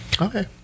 Okay